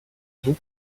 vous